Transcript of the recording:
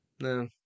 no